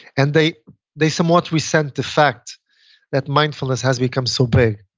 and they they somewhat resent the fact that mindfulness has become so big.